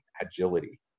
agility